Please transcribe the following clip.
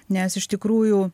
nes iš tikrųjų